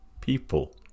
people